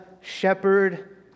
shepherd